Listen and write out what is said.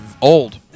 old